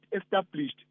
established